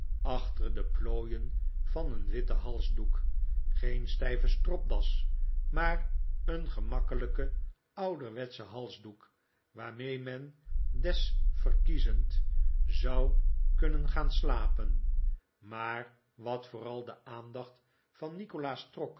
achter de plooien van een witten halsdoek geen stijve stropdas maar een gemakkelijke ouderwetsche halsdoek waarmee men desverkiezend zou kunnen gaan slapen maar wat vooral de aandacht van nikolaas trok